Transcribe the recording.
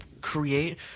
create